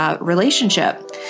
relationship